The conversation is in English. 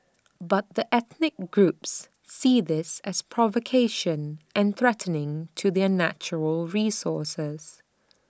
but the ethnic groups see this as provocation and threatening to their natural resources